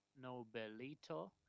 Nobelito